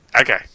Okay